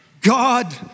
God